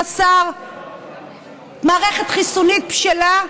חסר מערכת חיסונית בשלה,